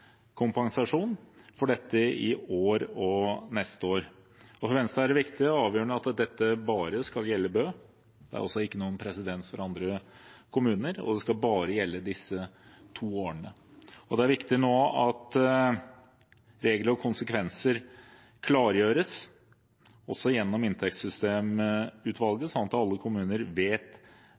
ikke noen presedens for andre kommuner, og det skal bare gjelde disse to årene. Det er viktig nå at regler og konsekvenser klargjøres, også gjennom inntektssystemutvalget, sånn at alle kommuner vet